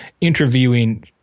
interviewing